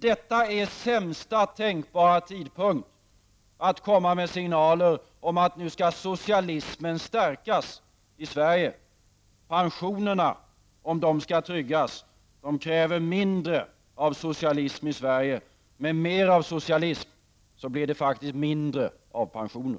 Detta är sämsta tänkbara tidpunkt att komma med signaler om att nu skall socialismen stärkas i Sverige. Pensionerna, om de skall tryggas, kräver mindre av socialism i Sverige. Med mer av socialism blir det faktiskt mindre av pensioner.